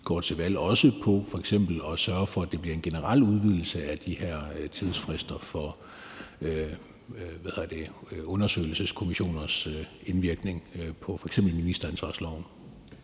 gik til valg på f.eks. at sørge for, at der bliver en generel udvidelse af de her tidsfrister for undersøgelseskommissioners indvirkning på f.eks. ministeransvarlighedsloven.